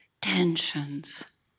tensions